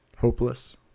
Hopeless